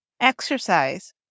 exercise